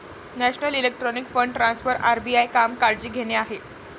national electronic fund transfer RBI काम काळजी घेणे आहे